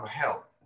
help